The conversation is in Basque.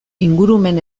ingurumen